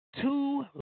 two